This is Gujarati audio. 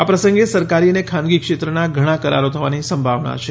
આ પ્રસંગે સરકારી અને ખાનગી ક્ષેત્રના ઘણાં કરારો થવાની સંભાવના છે